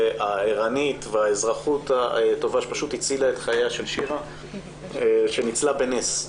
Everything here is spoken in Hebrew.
הערנית והאזרחות הטובה שפשוט הצילה את חייה של שירה שניצלה בנס,